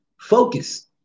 focus